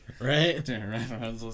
right